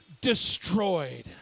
destroyed